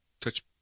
touch